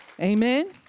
Amen